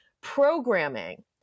programming